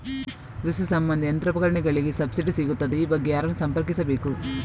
ಕೃಷಿ ಸಂಬಂಧಿ ಯಂತ್ರೋಪಕರಣಗಳಿಗೆ ಸಬ್ಸಿಡಿ ಸಿಗುತ್ತದಾ? ಈ ಬಗ್ಗೆ ಯಾರನ್ನು ಸಂಪರ್ಕಿಸಬೇಕು?